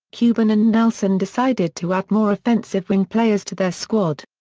cuban and nelson decided to add more offensive wing players to their squad.